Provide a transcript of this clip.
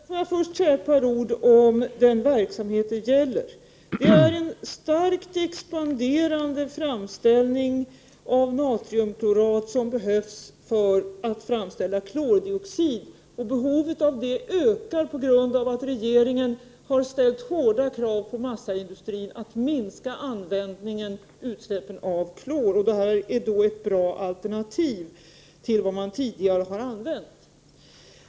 Herr talman! Får jag först säga några ord om den verksamhet det gäller. Det är en starkt expanderande framställning av natriumklorat, som behövs för att framställa klordioxid. Behovet av detta ökar på grund av att regeringen har ställt hårda krav på massaindustrin när det gäller att minska utsläppen av klor. Det här är då ett bra alternativ till vad man tidigare har använt.